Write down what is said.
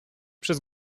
przez